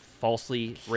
falsely